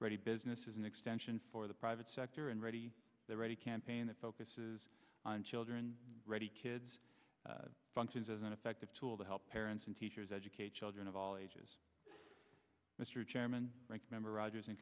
ready business is an extension for the private sector and ready they're ready campaign that focuses on children ready kids functions as an effective tool to help parents and teachers educate children of all ages mr chairman ranking member rogers in